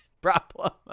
problem